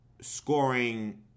scoring